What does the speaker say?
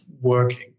working